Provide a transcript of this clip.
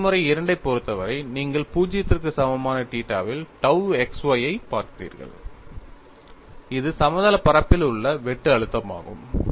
பயன்முறை II ஐப் பொறுத்தவரை நீங்கள் 0 க்கு சமமான θ வில் tau xy ஐப் பார்க்கிறீர்கள் இது சமதளப் பரப்பில் உள்ள வெட்டு அழுத்தமாகும்